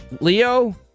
Leo